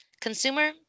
consumer